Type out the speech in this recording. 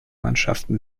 mannschaften